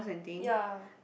ya